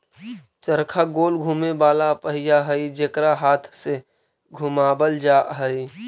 चरखा गोल घुमें वाला पहिया हई जेकरा हाथ से घुमावल जा हई